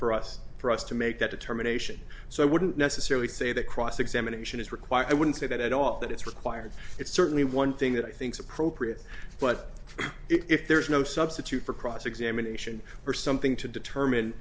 for us for us to make that determination so i wouldn't necessarily say that cross examination is required i wouldn't say that at all that it's required it's certainly one thing that i think's appropriate but if there is no substitute for cross examination or something to determine